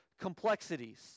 complexities